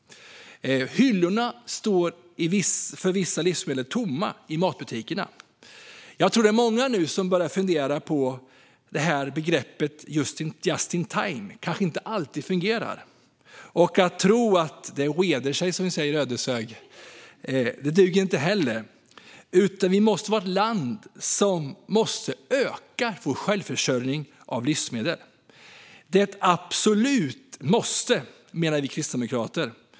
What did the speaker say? Hyllorna för vissa livsmedel står tomma i matbutikerna. Jag tror att det är många som nu börjar att fundera på begreppet just in time och på att detta kanske inte alltid fungerar. Att tro att det reder sig, som vi säger i Ödeshög, duger inte heller, utan vi som land måste öka vår självförsörjning av livsmedel. Det är ett absolut måste, menar vi kristdemokrater.